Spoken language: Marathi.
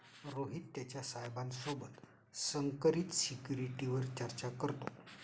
रोहित त्याच्या साहेबा सोबत संकरित सिक्युरिटीवर चर्चा करतो